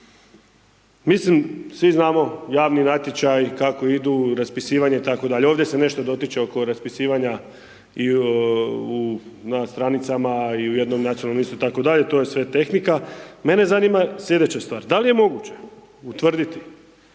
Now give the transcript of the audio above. mislim svi znamo javni natječaji kako idu, raspisivanje itd., ovdje se nešto dotiče oko raspisivanja i u na stranicama i u jednom nacionalnom listu, to je sve tehnika, mene zanima slijedeća stvar. Da li je moguće utvrditi